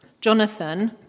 Jonathan